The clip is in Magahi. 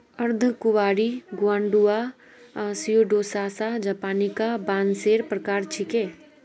अर्धकुंवारी ग्वाडुआ स्यूडोसासा जापानिका बांसेर प्रकार छिके